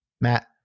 Matt